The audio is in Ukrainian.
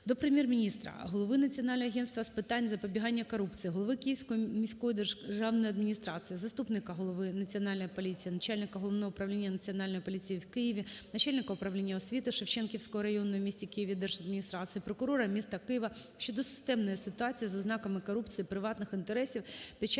до Прем'єр-міністра, голови Національного агентства України з питань запобігання корупції, голови Київської міської державної адміністрації, заступника голови Національної поліції - начальника Головного управління Національної поліції в Києві, начальника Управління освіти Шевченківської районної в місті Києві держадміністрації, прокурора міста Києва щодо системної ситуації з ознаками корупції, приватних інтересів під